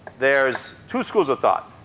there's two schools of thought.